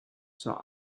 zur